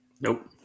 Nope